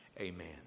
Amen